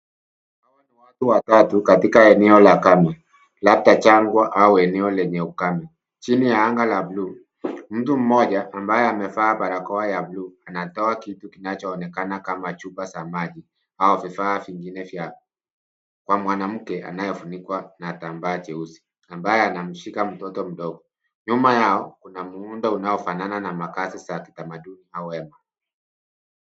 Hawa ni watu watatu katika eneo la kame, labda jangwa au eneo lenye ukame. Chini ya anga la blue , mtu mmoja ambaye amevaa barakoa ya blue , anatoa kitu kinachoonekana kama chupa za maji au vifaa vingine vya, kwa mwanamke anayefunikwa na kitambaa cheusi, ambaye anamshika mtoto mdogo. Nyuma yao, kuna muundo unaofanana na makazi za kitamaduni au wema.